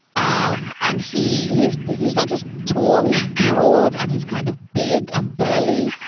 um and he he's but he's not just tall, he's broad. and he's kind of big and burly.